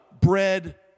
bread